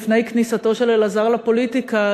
לפני כניסתו של אלעזר לפוליטיקה,